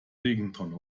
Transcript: regentonne